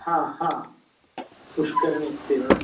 ह ह पुष्करिणी अस्ति वा